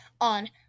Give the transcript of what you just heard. on